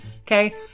okay